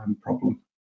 problem